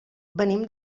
venim